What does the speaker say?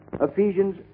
Ephesians